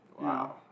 Wow